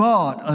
God